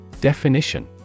Definition